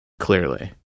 clearly